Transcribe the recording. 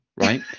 right